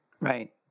right